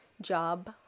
job